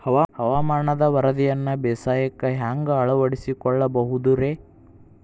ಹವಾಮಾನದ ವರದಿಯನ್ನ ಬೇಸಾಯಕ್ಕ ಹ್ಯಾಂಗ ಅಳವಡಿಸಿಕೊಳ್ಳಬಹುದು ರೇ?